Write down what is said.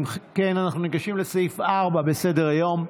אנחנו ניגשים לסעיף 4 בסדר-היום,